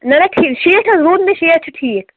نہ نا ٹھیٖکھ شیٹھ حظ ووٚن مےٚ شیٹھ چھُ ٹھیٖکھ